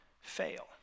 fail